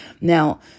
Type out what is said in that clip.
Now